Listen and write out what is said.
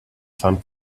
san